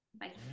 Bye